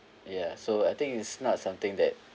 ya so I think it's not something that